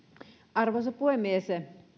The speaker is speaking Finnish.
arvoisa puhemies